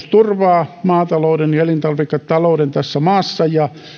turvaa maatalouden ja elintarviketalouden tässä maassa ja